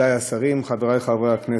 מכובדי השרים, חברי חברי הכנסת,